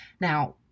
Now